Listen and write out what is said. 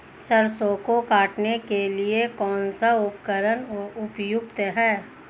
सरसों को काटने के लिये कौन सा उपकरण उपयुक्त है?